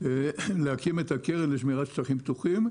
להקים את הקרן לשמירת שטחים פתוחים,